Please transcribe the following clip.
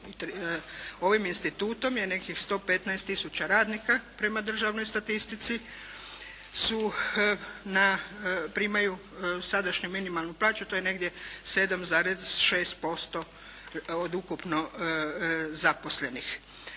ovim institutom je nekih 115 tisuća radnika prema državnoj statistici primaju sadašnju minimalnu plaću, to je negdje 7,6% od ukupno zaposlenih.